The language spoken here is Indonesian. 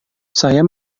saya